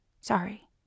Sorry